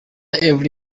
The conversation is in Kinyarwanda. yverry